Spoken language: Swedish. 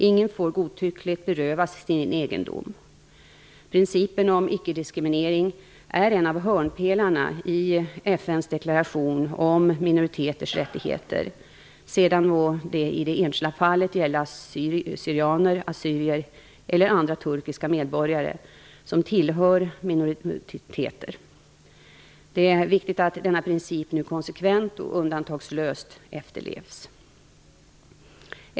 Ingen får godtyckligt berövas sin egendom. Principen om ickediskriminering är en av hörnpelarna i FN:s deklaration om minoriteters rättigheter, sedan må det i det enskilda fallet gälla syrianer, assyrier eller andra turkiska medborgare som tillhör minoriteter. Det är viktigt att denna princip nu konsekvent och undantagslöst efterlevs.